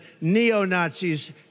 neo-Nazis